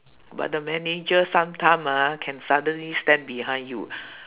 but the manager sometime ah can suddenly stand behind you